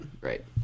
right